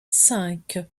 cinq